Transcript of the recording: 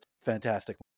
fantastic